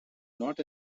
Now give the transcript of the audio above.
not